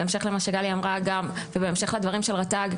בהמשך למה שגלי אמרה וגם בהמשך לדברים של רט"ג,